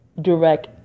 direct